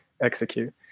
execute